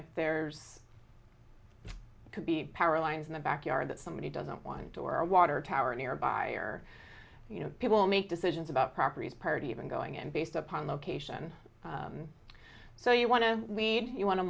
if there's could be power lines in the backyard that somebody doesn't want or a water tower nearby or you know people make decisions about properties party even going in based upon location so you want to lead you want to